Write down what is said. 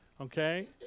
Okay